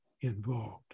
involved